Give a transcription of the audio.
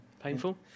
Painful